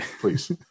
please